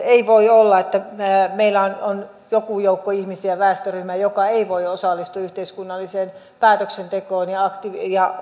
ei voi olla että meillä on joku joukko ihmisiä väestöryhmä joka ei voi osallistua yhteiskunnalliseen päätöksentekoon ja ja